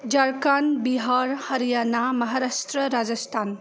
Jharkhand Bihar Haryana Maharashtra Rajasthan